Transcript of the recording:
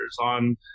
on